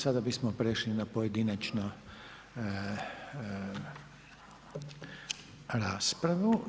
Sada bi smo prešli na pojedinačnu raspravu.